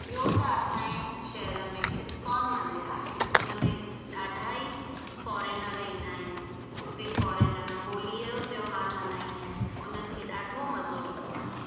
ॿियो त असांजे शहर में इस्कॉन मंदरु आहे उन में ॾाढा ई फॉरेनर ईंदा आहिनि उते फॉरेनर होलीअ जो त्योहारु मनाईंदा आहिनि उन्हनि खे ॾाढो मज़ो ईंदो आहे